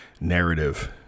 narrative